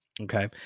okay